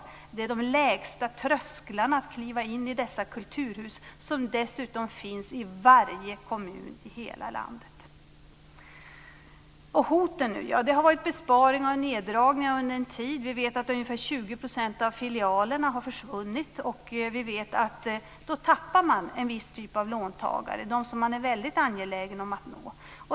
Dessa kulturhus har de lägsta trösklarna, och de finns dessutom i varje kommun i hela landet. Så till hoten. Det har varit besparingar och neddragningar under en tid. Vi vet att ungefär 20 % av filialerna har försvunnit. Vi vet att man då tappar en viss typ av låntagare - dem som man är väldigt angelägen om att nå.